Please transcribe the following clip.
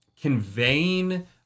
conveying